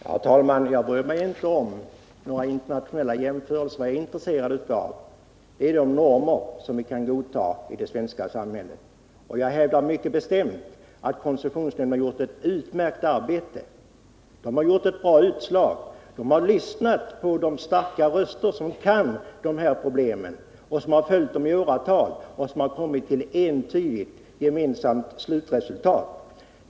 Herr talman! Jag bryr mig inte om några internationella jämförelser. Vad jag är intresserad av är de normer som vi kan godta i det svenska samhället. Och jag hävdar mycket bestämt att koncessionsnämnden gjort ett utmärkt arbete och fällt ett bra utslag. Koncessionsnämnden har lyssnat på de starka rösterna från dem som kan de här problemen, som har följt dem i åratal och som har kommit till ett entydigt gemensamt slutresultat.